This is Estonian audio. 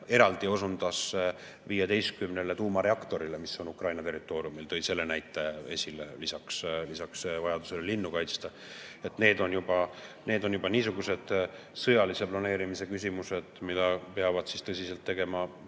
eraldi 15 tuumareaktorile, mis on Ukraina territooriumil, ta tõi meile selle näite esile lisaks vajadusele linnu kaitsta. Need on juba niisugused sõjalise planeerimise küsimused, millega peavad tõsiselt tegelema